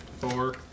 Four